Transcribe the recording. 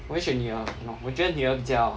我会选女儿我觉得女儿比较好